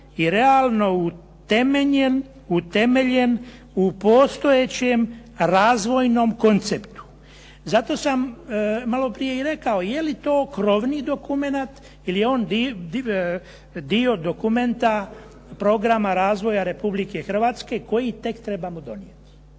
i realno utemeljen u postojećem razvojnom konceptu? Zato sam malo prije i rekao, je li to krovni dokument ili je on dio dokumenta programa razvoja Republike Hrvatske koji tek trebamo donijeti?